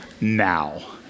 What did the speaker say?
now